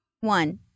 one